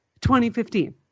2015